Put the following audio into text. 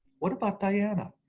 what about diana?